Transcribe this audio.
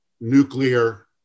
nuclear